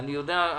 אני יודע,